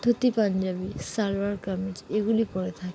ধুতি পাঞ্জাবি সালোয়ার কামিজ এগুলি পরে থাকে